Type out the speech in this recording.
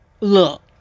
Look